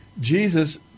Jesus